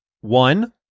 One